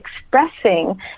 expressing